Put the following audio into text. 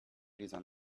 reason